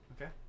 Okay